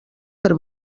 per